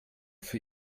für